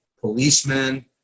policemen